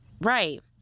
Right